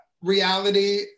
reality